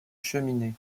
cheminée